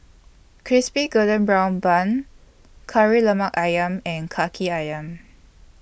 Crispy Golden Brown Bun Kari Lemak Ayam and Kaki Ayam